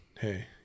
hey